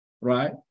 Right